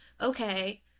okay